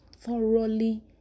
thoroughly